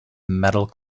metal